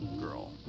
Girl